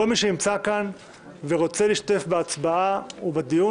כל מי שנמצא כאן ורוצה להשתתף בהצבעה ובדיון